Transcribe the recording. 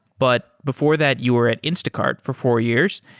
but before that, you were at instacart for four years.